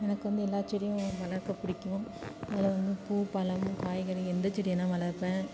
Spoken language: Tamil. எனக்கு வந்து எல்லா செடியும் வளர்க்க பிடிக்கும் அதில் வந்து பூ பழம் காய்கறி எந்த செடினால் வளர்ப்பேன்